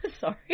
sorry